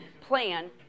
plan